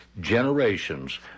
generations